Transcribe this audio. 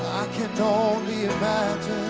can only imagine